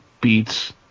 beats